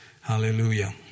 Hallelujah